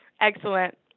excellent